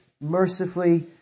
mercifully